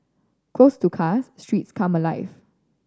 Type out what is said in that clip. closed to cars streets come alive